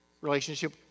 relationship